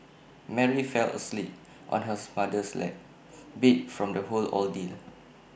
Mary fell asleep on her's mother's lap beat from the whole ordeal